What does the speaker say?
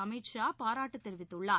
அமித் ஷா பாராட்டு தெரிவித்துள்ளார்